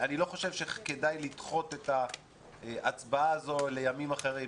אני לא חושב שכדאי לדחות את ההצבעה הזאת לימים אחרים.